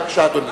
בבקשה, אדוני.